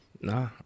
Nah